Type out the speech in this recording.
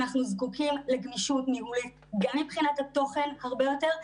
אנחנו זקוקים לגמישות ניהולית גם מבחינת התוכן הרבה יותר,